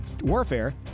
warfare